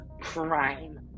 crime